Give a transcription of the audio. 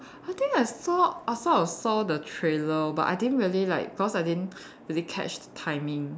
I think I saw I saw I saw the trailer but I didn't really like because I didn't really catch the timing